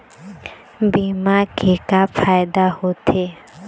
बीमा के का फायदा होते?